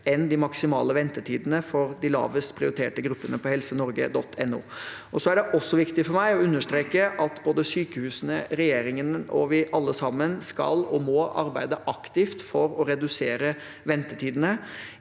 enn de maksimale ventetidene for de lavest prioriterte gruppene på helsenorge.no. Det er også viktig for meg å understreke at både sykehusene, regjeringen og vi alle sammen skal og må arbeide aktivt for å redusere ventetidene.